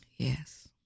Yes